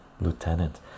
lieutenant